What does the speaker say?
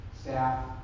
staff